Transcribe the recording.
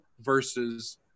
versus